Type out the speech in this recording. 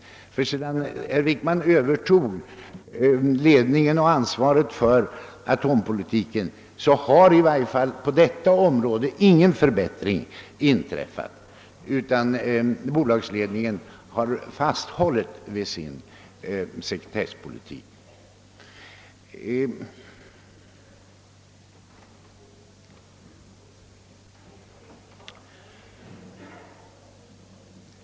Sedan statsrådet Wickman övertog ledningen och ansvaret för atompolitiken har i varje fall på detta område ingen förbättring inträffat, utan bolaget har fasthållit vid sin sekretesspolitik.